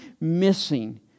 missing